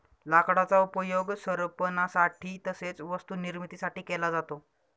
लाकडाचा उपयोग सरपणासाठी तसेच वस्तू निर्मिती साठी केला जातो